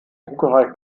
druckerei